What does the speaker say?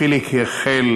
חיליק החל